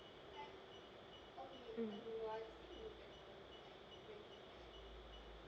mm